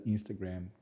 Instagram